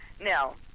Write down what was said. No